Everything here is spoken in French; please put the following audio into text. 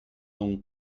donc